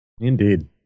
Indeed